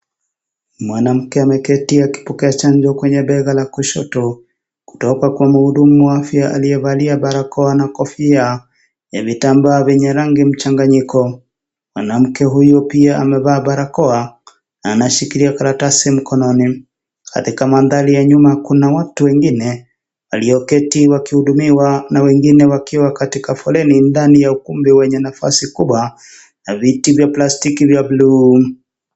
Mwanamke ameketi akipokea chanjo kwenye bega la kushoto kutoka kwa mhudumu wa afya aliyevalia barakoa na kofia ya vitambaa vya rangi ya mchanganyiko. Mwanamke huyo pia amevaa barakoa, anashikilia karatasi mkononi. Katika mandhari ya nyuma, kuna watu wengine walioketi na wengine wakiwa katika foleni ndani ya ukumbi wenye nafasi kubwa na viti vya plastiki vya buluu.